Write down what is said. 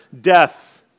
death